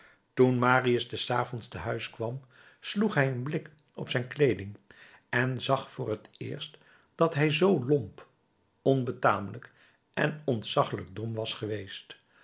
toen marius des avonds te huis kwam sloeg hij een blik op zijn kleeding en zag voor het eerst dat hij zoo lomp onbetamelijk en ontzaggelijk dom was geweest